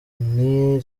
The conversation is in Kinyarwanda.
nti